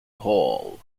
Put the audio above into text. hall